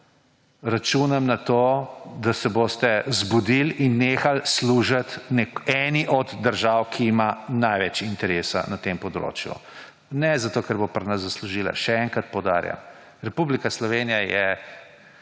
računam na to, da se boste zbudili, nehali služiti eni od držav, ki ima največ interesa na tem področju. Ne zato, ker bo pri nas zaslužila. Še enkrat poudarjam, Republika Slovenija je